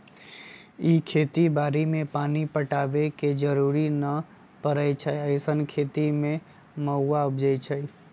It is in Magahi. इ खेती बाड़ी में पानी पटाबे के जरूरी न परै छइ अइसँन खेती में मरुआ उपजै छइ